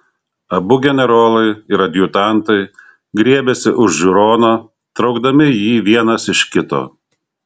abu generolai ir adjutantai griebėsi už žiūrono traukdami jį vienas iš kito